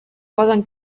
poden